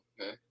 okay